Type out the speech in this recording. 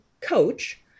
coach